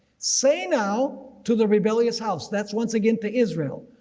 say now to the rebellious house. that's once again to israel.